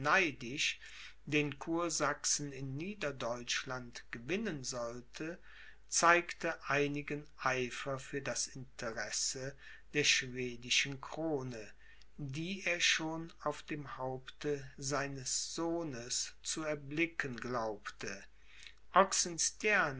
den kursachsen in niederdeutschland gewinnen sollte zeigte einigen eifer für das interesse der schwedischen krone die er schon auf dem haupte seines sohnes zu erblicken glaubte